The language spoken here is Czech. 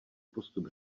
postup